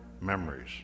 memories